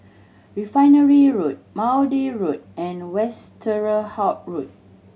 Refinery Road Maude Road and Westerhout Road